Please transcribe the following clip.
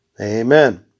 amen